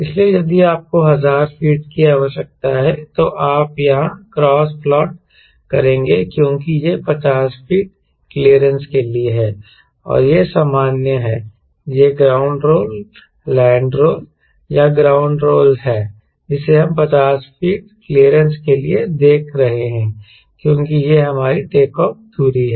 इसलिए यदि आपको 1000 फीट की आवश्यकता है तो आप यहां क्रॉस प्लॉट करेंगे क्योंकि यह 50 फीट क्लियरेंस के लिए है और यह सामान्य है यह ग्राउंड रोल लैंड रोल या ग्राउंड रोल है जिसे हम 50 फीट क्लीयरेंस के लिए देख रहे हैं क्योंकि यह हमारी टेकऑफ़ दूरी है